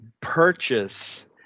purchase